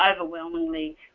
Overwhelmingly